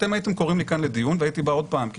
אתם הייתם קוראים לי כאן לדיון והייתי בא עוד פעם כי